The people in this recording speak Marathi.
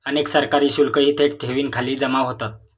अनेक सरकारी शुल्कही थेट ठेवींखाली जमा होतात